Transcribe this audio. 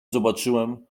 zobaczyłem